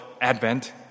Advent